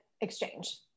exchange